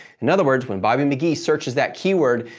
in other words, when bobby mcgee searches that keyword,